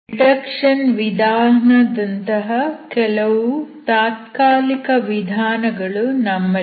reduction ವಿಧಾನ ದಂತಹ ಕೆಲವು ತಾತ್ಕಾಲಿಕ ವಿಧಾನಗಳು ನಮ್ಮಲ್ಲಿವೆ